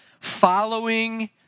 following